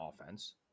offense